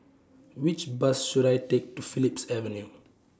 Which Bus should I Take to Phillips Avenue